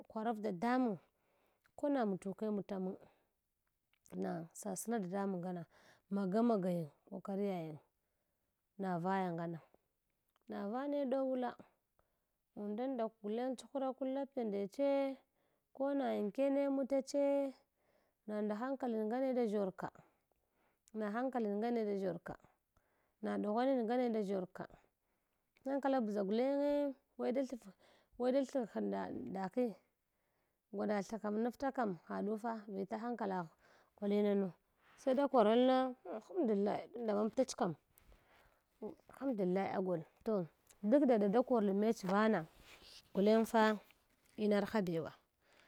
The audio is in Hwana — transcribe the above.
Karoɓ dadamang kona mtuke mta mang na sasna dadamang ngama magamagyang kwakwamiyayang na vaya ngama na vane ɗowula undanda gileng chhuwakum lapiya ndeche kona in kene mtach na nda hankalin ngane da ʒshor ka na hankalin ngane da ʒshorka na ɗughwanm ngane da shor ka hankala ldʒa gulenge weda thaf weh da thaha nda ndaki givaɗa thahaɗnafa kam haɗu ga vila hankalagh kolinanu saide kwaranto alhamdullai tunda mantach kam hamdullai agol tob duk dada da korl mech vana gulang fa inarha bewa.